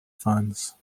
funds